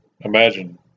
Imagine